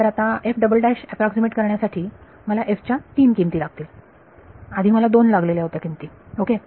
पण आता अॅप्रॉक्सीमेट करण्यासाठी मला f ज्या तीन किमती लागतील आधी मला दोन किमती लागलेल्या होत्या ओके